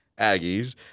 Aggies